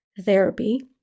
therapy